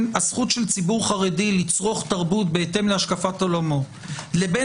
הזכות של ציבור חרדי לצרוך תרבות בהתאם להשקפת עולמו לבין